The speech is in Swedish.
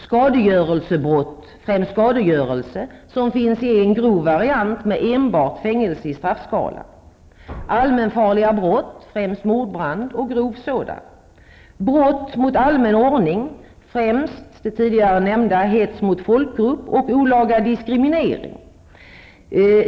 Skadegörelsebrott, främst skadegörelse som även finns i en grov variant med enbart fängelse i straffskalan. Allmänfarliga brott, främst mordbrand och grov sådan. Brott mot allmän ordning, främst det tidigare nämnda hets mot folkgrupp och olaga diskriminering.